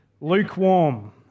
lukewarm